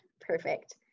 Perfect